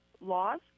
laws